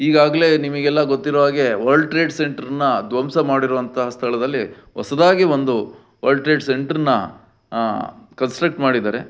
ಈಗಾಗಲೇ ನಿಮಗೆಲ್ಲ ಗೊತ್ತಿರೋ ಹಾಗೆ ವರ್ಲ್ಡ್ ಟ್ರೇಡ್ ಸೆಂಟ್ರನ್ನು ಧ್ವಂಸಮಾಡಿರುವಂಥ ಸ್ಥಳದಲ್ಲಿ ಹೊಸದಾಗಿ ಒಂದು ವರ್ಲ್ಡ್ ಟ್ರೇಡ್ ಸೆಂಟ್ರನ್ನು ಕನ್ಸ್ಟ್ರಕ್ಟ್ ಮಾಡಿದ್ದಾರೆ